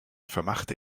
vermachte